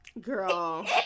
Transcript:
girl